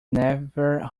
never